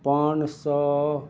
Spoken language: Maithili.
पाँच सओ